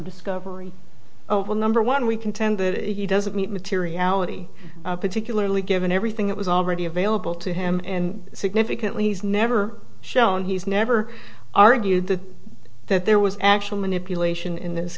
discovery well number one we contend that he doesn't meet materiality particularly given everything that was already available to him and significantly he's never shown he's never argued that that there was actual manipulation in this